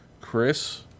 Chris